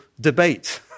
debate